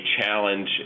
challenge